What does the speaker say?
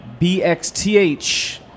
BXTH